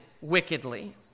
wickedly